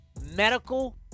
medical